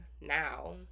now